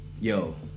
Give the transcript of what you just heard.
Yo